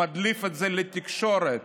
מדליף את זה לתקשורת